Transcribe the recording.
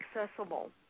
accessible